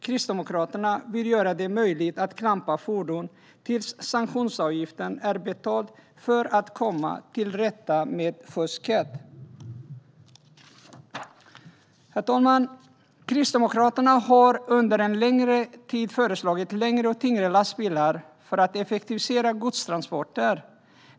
Kristdemokraterna vill göra det möjligt att klampa fordon tills sanktionsavgiften är betald för att komma till rätta med fusket. Herr ålderspresident! Kristdemokraterna har under en längre tid föreslagit längre och tyngre lastbilar för att effektivisera godstransporter.